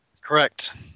Correct